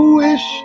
wish